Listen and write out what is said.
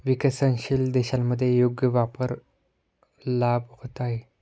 विकसनशील देशांमध्ये योग्य व्यापार लाभ होत आहेत